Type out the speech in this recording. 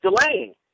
delaying